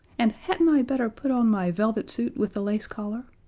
and hadn't i better put on my velvet suit with the lace collar?